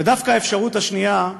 ודווקא האפשרות השנייה היא